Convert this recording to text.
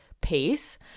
pace